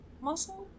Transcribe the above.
muscle